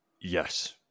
Yes